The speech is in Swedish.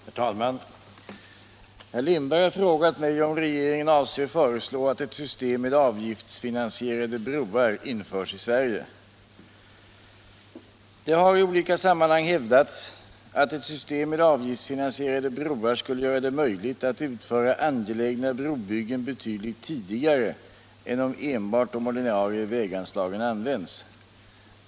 418, och anförde: Herr talman! Herr Lindberg har frågat mig om regeringen avser föreslå att ett system med avgiftsfinansierade broar införs i Sverige. Det har i olika sammanhang hävdats att ett system med avgiftsfinansierade broar skulle göra det möjligt att utföra angelägna brobyggen betydligt tidigare än om enbart de ordinarie väganslagen används.